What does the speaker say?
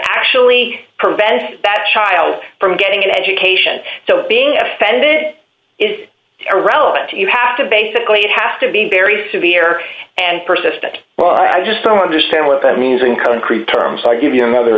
actually prevents that child from getting an education so that being offended is irrelevant you have to basically it has to be very severe and persistent i just don't understand what that means in concrete terms i'll give you another